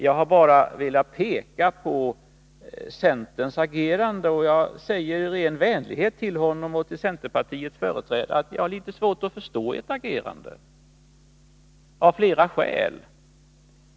Jag har bara velat peka på centerns agerande. Och jag säger i ren vänlighet att jag av flera skäl har litet svårt att förstå ert agerande.